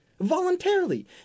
Voluntarily